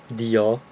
Dio